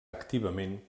activament